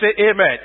amen